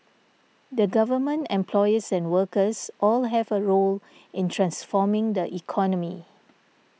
the Government employers and workers all have a role in transforming the economy